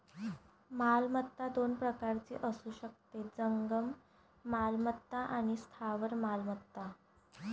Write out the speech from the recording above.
मालमत्ता दोन प्रकारची असू शकते, जंगम मालमत्ता आणि स्थावर मालमत्ता